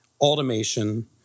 automation